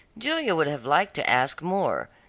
julia would have liked to ask more,